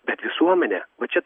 bet visuomenė va čia